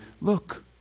look